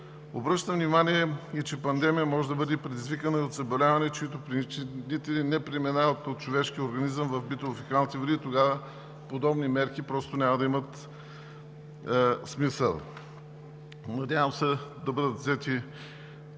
Обръщам внимание, че пандемия може да бъде предизвикана от заболяване, чиито причинители не преминават от човешкия организъм в битово-фекалните води – тогава подобни мерки просто няма да имат смисъл. Надявам се да бъдат взети